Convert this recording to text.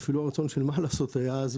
אפילו הרצון של מה לעשות היה אז